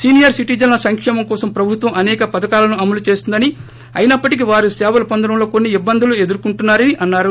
senior సిటిజన్ల సంకేమం కోసం ప్రభుత్వం అసేక పథకాలను అమలు చేస్తుందని అయినప్పటికీ వారు సేవలు పొందడంలో కొన్ని ఇట్పందులు ఎర్కొంటున్నా రని అన్నారు